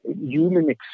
human